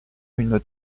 une